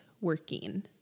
working